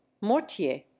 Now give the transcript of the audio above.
Mortier